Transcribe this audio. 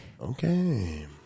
Okay